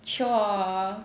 chio hor